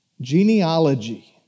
genealogy